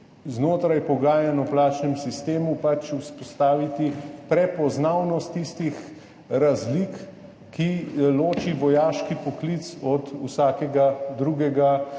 znotraj pogajanj o plačnem sistemu vzpostaviti prepoznavnost tistih razlik, ki ločijo vojaški poklic od vsakega drugega